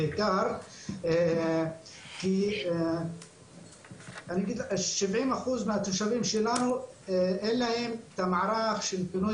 בעיקר כי 70 אחוזים מהתושבים שלנו אין להם את המערך של פינוי